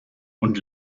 und